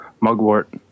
mugwort